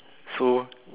so